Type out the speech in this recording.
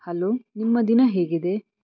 hello ನಿಮ್ಮ ದಿನ ಹೇಗಿದೆ